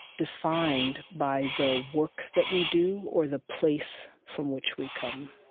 defined by the work that we do or the place from which we come.